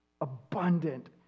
abundant